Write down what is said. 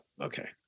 okay